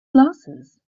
glasses